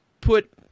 put